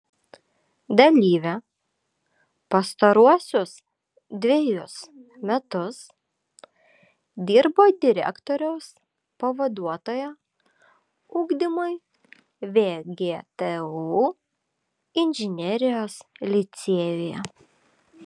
dalyvė pastaruosius dvejus metus dirbo direktoriaus pavaduotoja ugdymui vgtu inžinerijos licėjuje